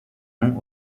nom